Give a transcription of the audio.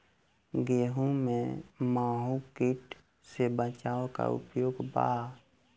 गेहूँ में माहुं किट से बचाव के का उपाय बा?